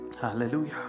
Hallelujah